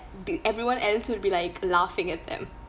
the everyone else would be like laughing at them